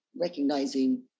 recognizing